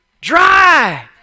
dry